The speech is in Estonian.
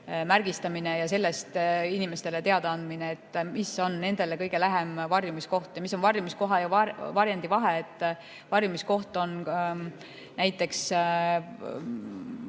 märgistamine ja sellest inimestele teadaandmine, kus on nendele kõige lähem varjumiskoht. Mis on varjumiskoha ja varjendi vahe? Varjumiskoht on näiteks,